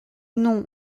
nom